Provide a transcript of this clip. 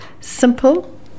simple